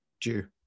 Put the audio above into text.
due